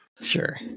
Sure